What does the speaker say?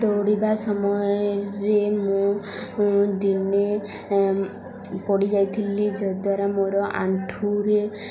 ଦୌଡ଼ିବା ସମୟରେ ମୁଁ ଦିନେ ପଡ଼ିଯାଇଥିଲି ଯଦ୍ୱାରା ମୋର ଆଣ୍ଠୁରେ